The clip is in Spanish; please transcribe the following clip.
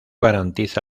garantiza